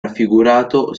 raffigurato